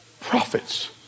Prophets